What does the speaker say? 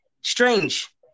strange